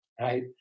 right